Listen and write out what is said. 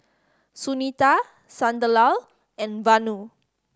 Sunita Sunderlal and Vanu